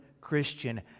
Christian